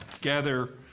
gather